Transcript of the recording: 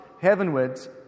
heavenwards